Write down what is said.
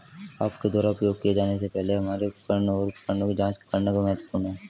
आपके द्वारा उपयोग किए जाने से पहले हमारे उपकरण और उपकरणों की जांच करना क्यों महत्वपूर्ण है?